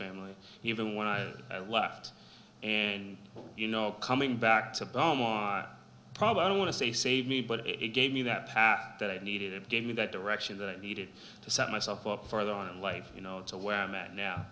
family even when i left and you know coming back to probably i don't want to say save me but it gave me that path that i needed it gave me that direction that i needed to set myself up for the on in life you know to where i'm at now